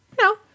No